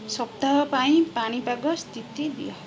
ସପ୍ତାହ ପାଇଁ ପାଣିପାଗ ସ୍ଥିତି ଦିଅ